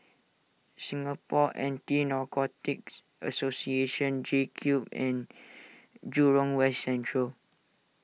Singapore Anti Narcotics Association JCube and Jurong West Central